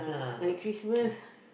like Christmas